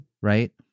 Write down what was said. Right